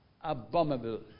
abominable